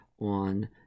on